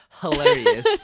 hilarious